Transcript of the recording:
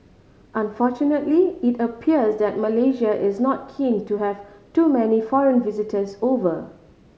unfortunately it appears that Malaysia is not keen to have too many foreign visitors over